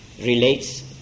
relates